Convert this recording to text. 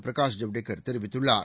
பிரகாஷ் ஐவடேகர் தெரிவித்துள்ளார்